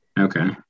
Okay